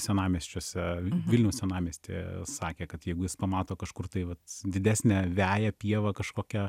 senamiesčiuose vilniaus senamiestyje sakė kad jeigu jis pamato kažkur tai vat didesnę veją pievą kažkokią